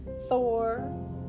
Thor